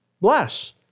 bless